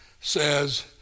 says